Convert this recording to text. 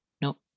Nope